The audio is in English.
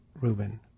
Reuben